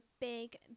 big